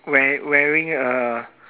wear wearing uh